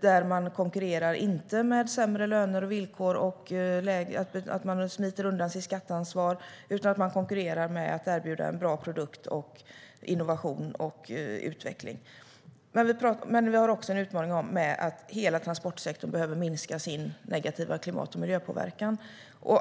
där man inte konkurrerar med sämre löner och villkor och genom att smita undan sitt skatteansvar utan genom att erbjuda en bra produkt, innovation och utveckling. Vi har också en utmaning i och med att hela transportsektorn behöver minska sin negativa klimat och miljöpåverkan.